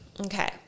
Okay